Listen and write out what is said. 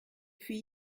puis